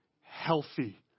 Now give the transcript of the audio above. healthy